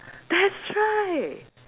that's right